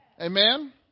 Amen